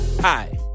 Hi